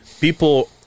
people